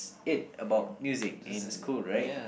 it about music in school right